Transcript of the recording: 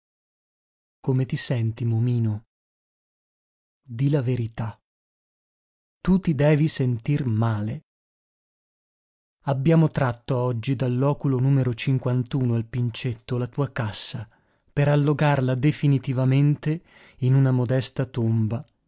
come ti senti momino di la verità tu ti devi sentir male abbiamo tratto oggi dal loculo al pincetto la tua cassa per allogarla definitivamente in una modesta tomba